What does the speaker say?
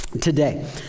today